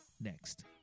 next